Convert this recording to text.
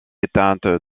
éteinte